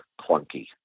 clunky